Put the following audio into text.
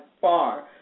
far